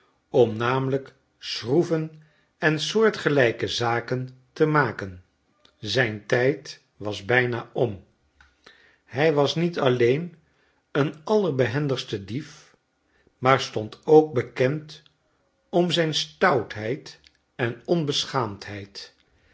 om namelijk schroeven en soortgelijke zaken te maken zijn tijd was bijna om hij was niet alleen een allerbehendigste dief maar stond ook bekend om zijn stoutheid en onbeschaamdheid